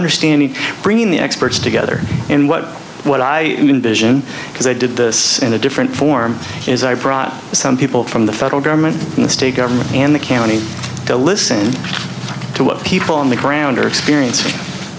understanding bringing the experts together and what what i envision because i did this in a different form is i brought some people from the federal government the state government and the county to listen to what people on the ground are experienc